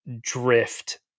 drift